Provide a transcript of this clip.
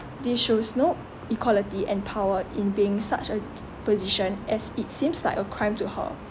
this shows no equality and power in being such a position as it seems like a crime to her